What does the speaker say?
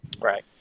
Right